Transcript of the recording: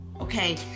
okay